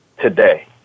today